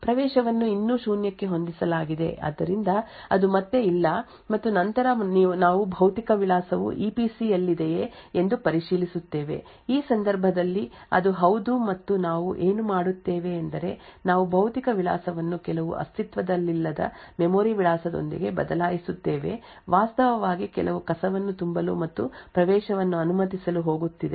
ಪ್ರವೇಶವನ್ನು ಇನ್ನೂ ಶೂನ್ಯಕ್ಕೆ ಹೊಂದಿಸಲಾಗಿದೆ ಆದ್ದರಿಂದ ಅದು ಮತ್ತೆ ಇಲ್ಲ ಮತ್ತು ನಂತರ ನಾವು ಭೌತಿಕ ವಿಳಾಸವು ಇಪಿಸಿ ಯಲ್ಲಿದೆಯೇ ಎಂದು ಪರಿಶೀಲಿಸುತ್ತೇವೆ ಈ ಸಂದರ್ಭದಲ್ಲಿ ಅದು ಹೌದು ಮತ್ತು ನಾವು ಏನು ಮಾಡುತ್ತೇವೆ ಎಂದರೆ ನಾವು ಭೌತಿಕ ವಿಳಾಸವನ್ನು ಕೆಲವು ಅಸ್ತಿತ್ವದಲ್ಲಿಲ್ಲದ ಮೆಮೊರಿ ವಿಳಾಸದೊಂದಿಗೆ ಬದಲಾಯಿಸುತ್ತೇವೆ ವಾಸ್ತವವಾಗಿ ಕೆಲವು ಕಸವನ್ನು ತುಂಬಲು ಮತ್ತು ಪ್ರವೇಶವನ್ನು ಅನುಮತಿಸಲು ಹೋಗುತ್ತಿದೆ